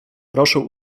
proszę